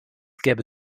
gäbe